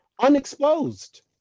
unexposed